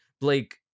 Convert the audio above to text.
Blake